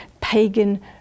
pagan